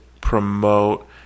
promote